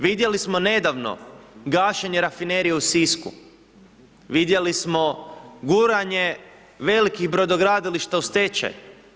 Vidjeli smo nedavno gašenje Rafinerije u Sisku, vidjeli smo guranje velikih brodogradilišta u stečaj.